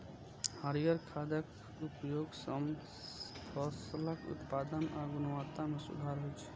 हरियर खादक उपयोग सं फसलक उत्पादन आ गुणवत्ता मे सुधार होइ छै